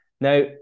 Now